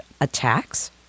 attacks